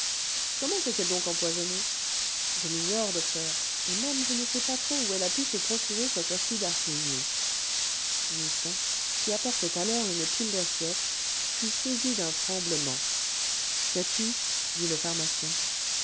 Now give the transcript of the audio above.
comment s'est-elle donc empoisonnée je l'ignore docteur et même je ne sais pas trop où elle a pu se procurer cet acide arsénieux justin qui apportait alors une pile d'assiettes fut saisi d'un tremblement qu'as-tu dit le pharmacien